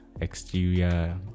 exterior